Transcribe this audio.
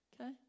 Okay